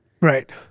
Right